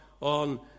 on